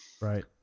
Right